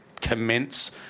commence